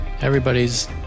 everybody's